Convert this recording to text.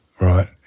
right